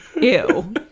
Ew